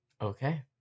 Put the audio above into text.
okay